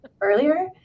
earlier